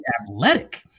athletic